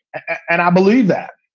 and i believe that.